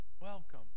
Welcome